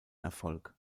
erfolg